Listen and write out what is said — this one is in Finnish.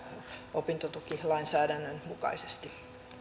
opintotukilainsäädännön mukaisesti